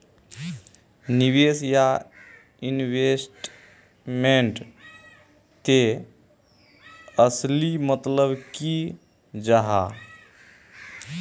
निवेश या इन्वेस्टमेंट तेर असली मतलब की जाहा?